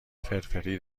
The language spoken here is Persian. فرفری